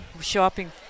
shopping